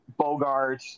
bogarts